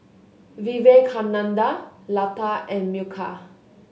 Vivekananda Lata and Milkha